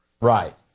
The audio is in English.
Right